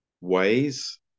ways